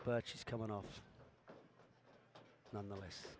but she's coming off nonetheless